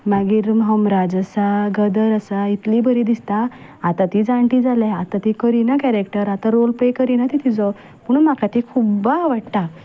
मागीर हमराज आसा गदर आसा इतलीं बरीं दिसता आतां ती जाणटी जाल्या आतां ती करिना कॅरेक्टर आतां रोल प्ले करिना ती तिजो पूण म्हाका ती खुब्ब आवडटा